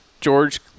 George –